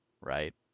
right